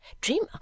dream